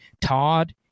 Todd